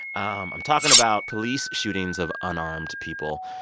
um i'm talking about police shootings of unarmed people.